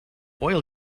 oil